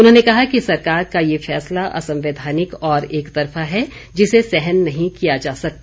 उन्होंने कहा कि सरकार का ये फैसला असंवैधानिक और एकतरफा है जिसे सहन नहीं किया जा सकता